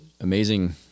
amazing